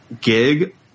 gig